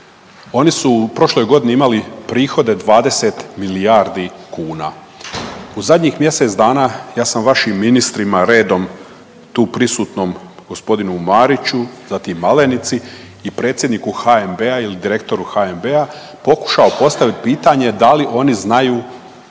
Oni su u prošloj godini imali prihode 20 milijardi kuna. U zadnjih mjesec dana ja sam vašim ministrima redom tu prisutnom g. Mariću, zatim Malenici i predsjedniku HNB-a ili direktoru HNB-a pokušao postavit pitanje da li oni znaju